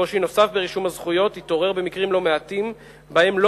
קושי נוסף ברישום הזכויות התעורר במקרים לא מעטים שבהם לא